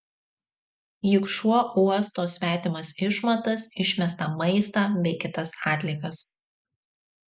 juk šuo uosto svetimas išmatas išmestą maistą bei kitas atliekas